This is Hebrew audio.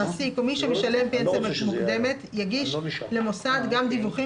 מעסיק או מי שמשלם פנסיה מוקדמת יגיש למוסד גם דיווחים